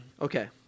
okay